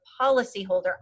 policyholder